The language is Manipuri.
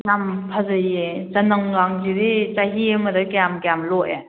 ꯌꯥꯝ ꯐꯖꯩꯌꯦ ꯆꯅꯝꯒꯥꯁꯤꯗꯤ ꯆꯍꯤ ꯑꯃꯗ ꯀꯌꯥꯝ ꯀꯌꯥꯝ ꯂꯣꯛꯑꯦ